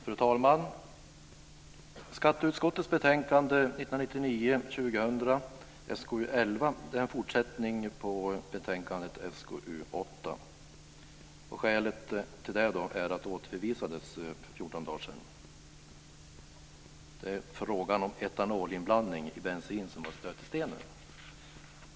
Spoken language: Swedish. Fru talman! Skatteutskottets betänkande SkU8. Skälet till det är att ärendet återförvisades för 14 dagar sedan. Det var frågan om etanolinblandning i bensin som var stötestenen.